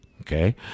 Okay